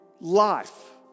life